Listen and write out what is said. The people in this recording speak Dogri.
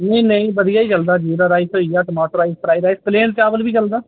इं'या जीरा राइस होई गेआ टमाटर राइस होई गेआ प्लेन चावल बी चलदा